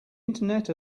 internet